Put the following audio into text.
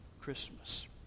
Christmas